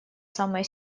самое